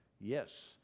Yes